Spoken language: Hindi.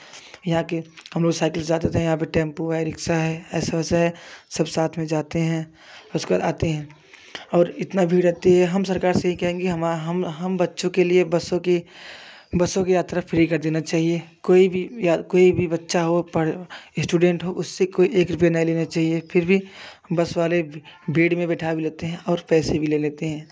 यहाँ के हम लोग साइकिल से जाते थे यहाँ पर टेम्पो है रिक्शा है सब से सब साथ में जाते हैं उसके बाद आते हैं और इतना भीड़ रहती है हम सरकार यही कहेंगे हम हम बच्चों के लिए बसों की बसों की यात्रा फ्री कर देना चाहिए कोई भी कोई भी यह बच्चा हो पर स्टूडेंट हो उससे कोई एक रूपये नहीं लेना चाहिए फिर भी बस वाले भीड़ में बैठा भी लेते हैं और पैसे भी ले लेते हैं